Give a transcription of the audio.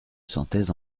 sentais